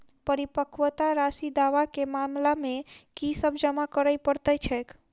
परिपक्वता राशि दावा केँ मामला मे की सब जमा करै पड़तै छैक?